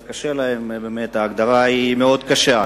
אז ההגדרה היא מאוד קשה.